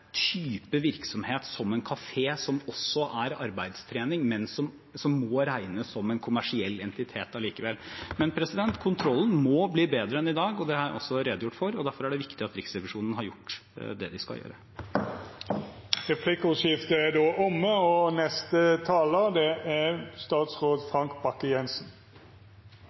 type virksomhet, som en kafé, som også er arbeidstrening, men som må regnes som en kommersiell entitet likevel. Men kontrollen må bli bedre enn i dag, og det har jeg også redegjort for. Derfor er det viktig at Riksrevisjonen har gjort det den skal gjøre. Replikkordskiftet er då omme. Som både Riksrevisjonen og komiteen påpeker, har Forsvaret fått modifisert beretning for fjerde år på rad. Det er